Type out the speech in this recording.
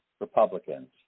Republicans